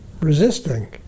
resisting